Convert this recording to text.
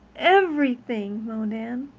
everything, moaned anne.